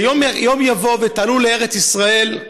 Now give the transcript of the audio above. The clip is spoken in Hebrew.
שיום יבוא ותעלו לארץ-ישראל,